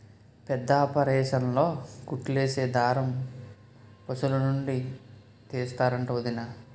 పెద్దాపరేసన్లో కుట్లేసే దారం పశులనుండి తీస్తరంట వొదినా